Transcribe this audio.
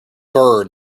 bird